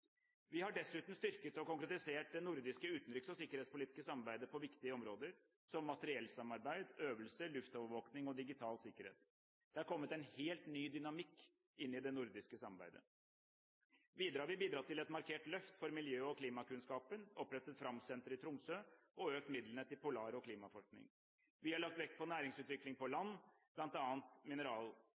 Vi har dessuten styrket og konkretisert det nordiske utenriks- og sikkerhetspolitiske samarbeidet på viktige områder – som materiellsamarbeid, øvelser, luftovervåkning og digital sikkerhet. Det har kommet en helt ny dynamikk inn i det nordiske samarbeidet. Videre har vi bidratt til et markert løft for miljø- og klimakunnskapen – opprettet Framsenteret i Tromsø og økt midlene til polar- og klimaforskning. Vi har lagt vekt på næringsutviklingen på land,